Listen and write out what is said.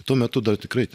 tuo metu dar tikrai